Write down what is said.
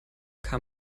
kam